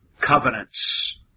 covenants